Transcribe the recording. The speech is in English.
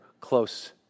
close